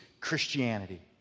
Christianity